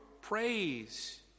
praise